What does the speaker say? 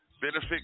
benefit